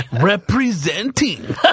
Representing